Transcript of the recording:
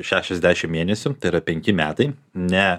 šešiasdešimt mėnesių tai yra penki metai ne